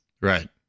Right